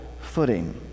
footing